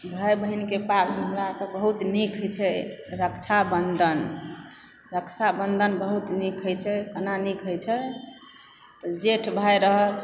भाय बहिनके पाबनि हमरा आरके तऽबहुत नीक होइत छै रक्षा बंधन रक्षा बंधन बहुत नीक होइत छै केना नीक होय छै तऽ जेठ भाय रहल